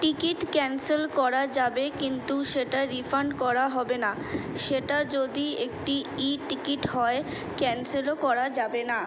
ticket cancel করা যাবে কিন্তু সেটা রিফান্ড করা হবে না সেটা যদি একটা ই টিকিট হয় ক্যানসেলও করা যাবে না